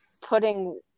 putting